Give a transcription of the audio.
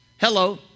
Hello